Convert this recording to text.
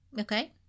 okay